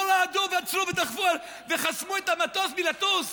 רעדו ועצרו ודחפו וחסמו את המטוס מלטוס.